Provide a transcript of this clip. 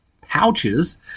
pouches